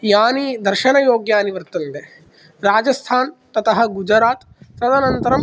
यानि दर्शनयोग्यानि वर्तन्ते राजस्थान् ततः गुजरात् तदनन्तरम्